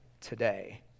today